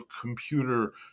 computer